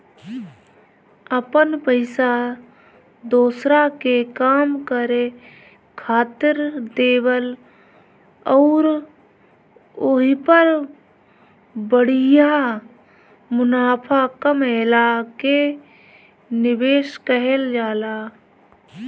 अपन पइसा दोसरा के काम करे खातिर देवल अउर ओहपर बढ़िया मुनाफा कमएला के निवेस कहल जाला